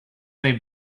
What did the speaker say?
may